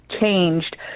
changed